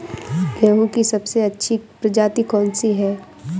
गेहूँ की सबसे अच्छी प्रजाति कौन सी है?